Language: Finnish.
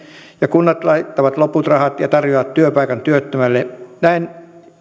ja kunnat laittavat loput rahat ja tarjoavat työpaikan työttömälle näin ne